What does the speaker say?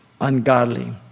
ungodly